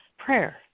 Prayer